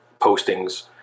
postings